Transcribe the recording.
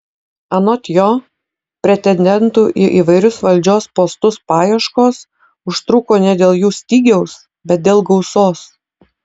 anot jo pretendentų į įvairius valdžios postus paieškos užtruko ne dėl jų stygiaus bet dėl gausos